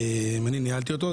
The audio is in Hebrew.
אני ניהלתי אותו,